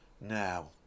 Now